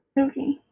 okay